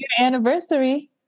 anniversary